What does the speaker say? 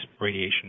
radiation